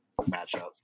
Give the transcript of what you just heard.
matchup